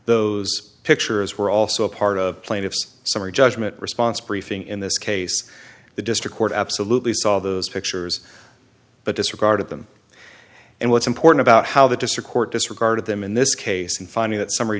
those pictures were also part of plaintiff's summary judgment response briefing in this case the district court absolutely saw those pictures but disregarded them and what's important about how the district court disregarded them in this case and finding that summary